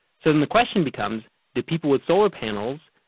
so then the question becomes, do people with solar panels,